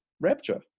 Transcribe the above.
rapture